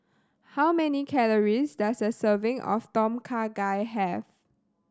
how many calories does a serving of Tom Kha Gai have